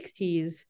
60s